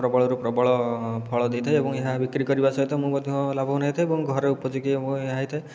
ପ୍ରବଳରୁ ପ୍ରବଳ ଫଳ ଦେଇଥାଏ ଏବଂ ଏହା ବିକ୍ରି କରିବା ସହିତ ମୁଁ ମଧ୍ୟ ଲାଭବାନ ହୋଇଥାଏ ଏବଂ ଘରେ ଉପଯୋଗୀ ଏବଂ ଏହା ହୋଇଥାଏ